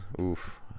Oof